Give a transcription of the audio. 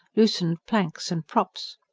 loosened planks and props.